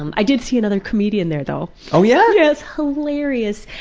um i did see another comedian there though. oh yeah? yes, hilarious.